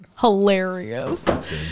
hilarious